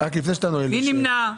מי נמנע?